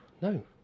No